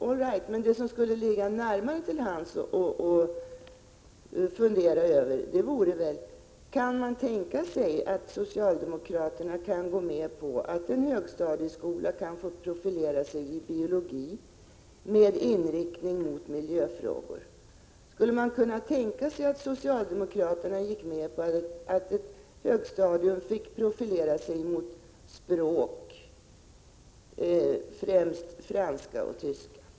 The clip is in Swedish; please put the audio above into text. All right, men det som skulle ligga närmare till hands att fundera över är väl följande frågor: Skulle socialdemokraterna kunna gå med på att en högstadieskola får profilera sig i biologi med inriktning mot miljöfrågor? Skulle socialdemokraterna kunna gå med på att ett högstadium fick profilera sig med inriktning mot språk, främst franska och tyska?